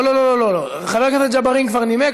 לא לא לא, חבר הכנסת ג'בארין כבר נימק.